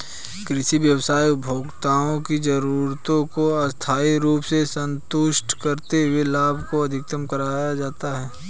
कृषि व्यवसाय उपभोक्ताओं की जरूरतों को स्थायी रूप से संतुष्ट करते हुए लाभ को अधिकतम करना है